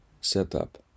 setup